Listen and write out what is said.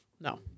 No